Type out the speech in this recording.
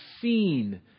seen